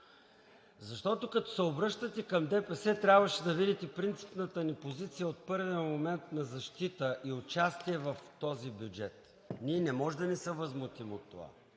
Защото като се обръщате към ДПС, трябваше да видите принципната ни позиция от първия момент на защита и участие в този бюджет, а не можеше да не се възмутим от това.